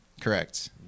Correct